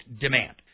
demand